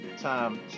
time